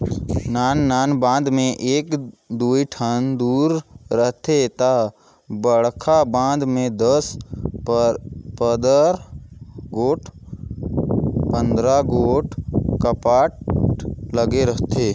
नान नान बांध में एक दुई ठन दुरा रहथे ता बड़खा बांध में दस पंदरा गोट कपाट लगे रथे